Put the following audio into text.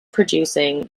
producing